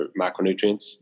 macronutrients